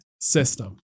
system